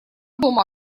дома